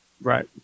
Right